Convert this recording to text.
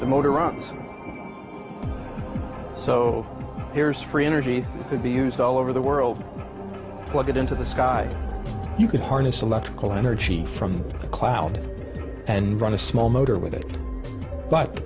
the motor runs so here's free energy could be used all over the world plug it into the sky you can harness electrical energy from the cloud and run a small motor with it but the